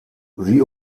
sie